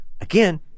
again